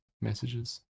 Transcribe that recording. messages